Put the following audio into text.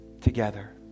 together